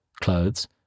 clothes